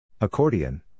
Accordion